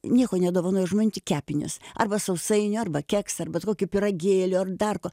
nieko nedovanoju žmonių tik kepinius arba sausainių arba keksą ar bet kokį pyragėlio ar dar ko